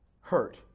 hurt